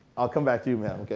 i'll come back to you ma'am.